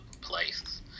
place